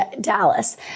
Dallas